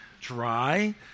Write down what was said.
dry